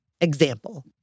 example